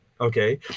okay